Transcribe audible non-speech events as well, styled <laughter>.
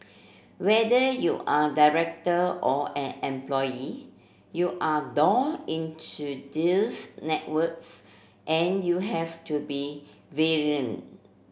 whether you're director or an employee you're door into those networks and you have to be <unintelligible>